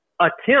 attempt